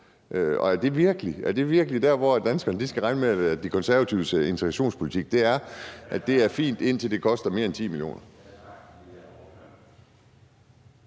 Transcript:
Er det virkelig der, hvor danskerne skal regne med, at De Konservatives integrationspolitik er, altså at det er fint, indtil det koster mere end 10 mio.